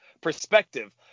perspective